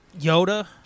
Yoda